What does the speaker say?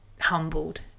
humbled